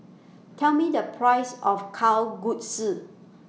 Tell Me The Price of Kalguksu